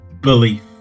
belief